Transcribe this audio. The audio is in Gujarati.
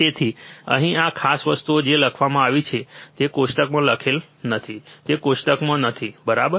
તેથી અહીં આ ખાસ વસ્તુઓ જે લખવામાં આવી છે તે કોષ્ટકમાં લખાયેલ નથી તે કોષ્ટકમાં નથી બરાબર